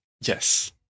Yes